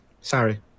Sorry